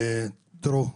תראו,